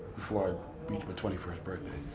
before i reached my twenty first birthday.